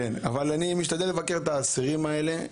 אני משתדל לבקר את האסירים האלה.